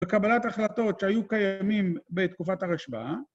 וקבלת החלטות שהיו קיימים בתקופת הרשב"א...